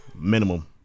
Minimum